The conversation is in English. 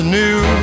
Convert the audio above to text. new